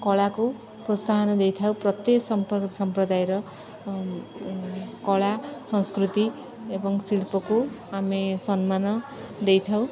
କଳାକୁ ପ୍ରୋତ୍ସାହନ ଦେଇଥାଉ ପ୍ରତ୍ୟେକ ସମ୍ପ୍ରଦାୟର କଳା ସଂସ୍କୃତି ଏବଂ ଶିଳ୍ପକୁ ଆମେ ସମ୍ମାନ ଦେଇଥାଉ